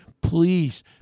Please